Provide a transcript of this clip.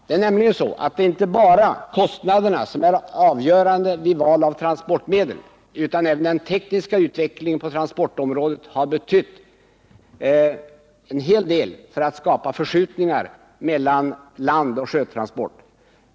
Det är nämligen inte bara kostnaderna som är avgörande 6 december 1978 vid val av transportmedel, utan den tekniska utvecklingen på transportområdet har också betytt en hel del för att skapa förskjutningar mellan landoch sjötransport.